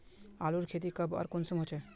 आलूर खेती कब आर कुंसम होचे?